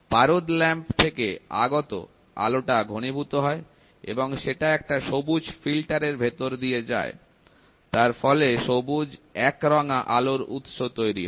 পারদ ল্যাম্প থেকে আগত আলোটা ঘনীভূত হয় এবং সেটা একটা সবুজ ফিল্টারের ভেতর দিয়ে যায় তার ফলে সবুজ একরঙা আলোর উৎস তৈরি হয়